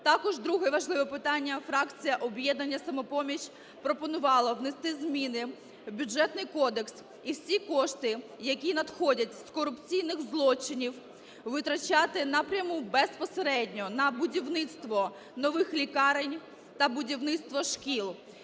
Також друге важливе питання. Фракція "Об'єднання "Самопоміч" пропонувала внести зміни в Бюджетний кодекс, і всі кошти, які надходять з корупційних злочинів, витрачати напряму безпосередньо на будівництво нових лікарень та будівництво шкіл.